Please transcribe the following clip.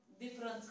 different